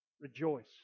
Rejoice